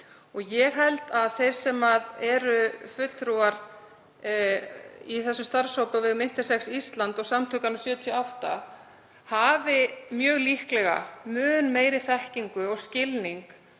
Ég held að þeir sem eru fulltrúar í þessum starfshópi á vegum Intersex Ísland og Samtökunum ´78 hafi mjög líklega mun meiri þekkingu og skilning